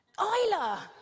Isla